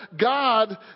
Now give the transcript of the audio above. God